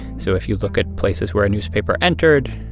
so if you look at places where a newspaper entered,